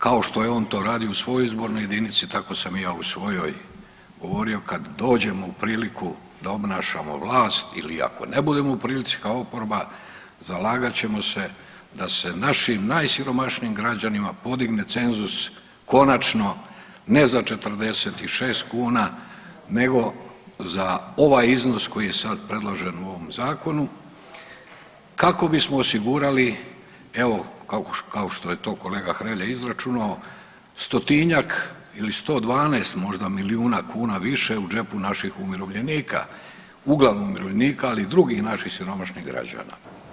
Kao što je on to radio u svojoj izbornoj jedinici, tako sam i ja u svojoj govorio kad dođemo u priliku da obnašamo vlast, ili ako ne budemo u prilici, kao oporba, zalagat ćemo se da se našim najsiromašnijim građanima podigne cenzus konačno, ne za 46 kuna, nego za ovaj iznos koji je sad predložen u ovom Zakonu, kako bismo osigurali, evo kao što je to kolega Hrelja izračunao, stotinjak ili 112 milijuna kuna u džepu naših umirovljenika, uglavnom umirovljenika, ali i drugih naših siromašnih građana.